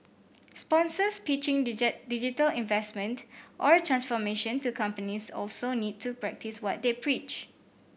sponsors pitching digital investment or transformation to companies also need to practice what they preach